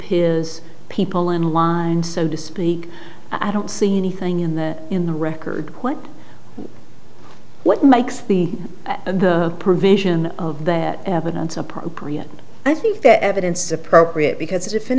his people in line so to speak i don't see anything in the in the record what what makes the provision of that evidence appropriate i think that evidence is appropriate because if i